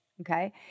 okay